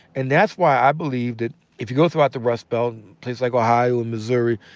and that's why i believe that if you go throughout the rust belt, places like ohio and missouri,